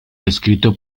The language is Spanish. descrito